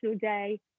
day